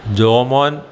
Jomon